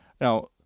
Now